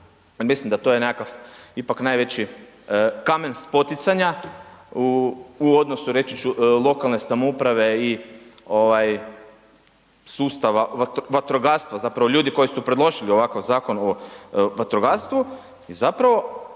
mislim da to je ipak najveći kamen spoticanja u odnosu reći ću lokalne samouprave i ovaj sustava vatrogastva zapravo ljudi koji su predložili ovakav zakon o vatrogastvu i zapravo